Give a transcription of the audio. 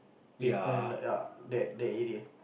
pavement ya that that area